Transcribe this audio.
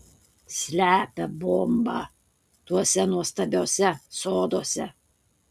slepia bombą tuose nuostabiuose soduose